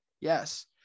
Yes